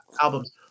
albums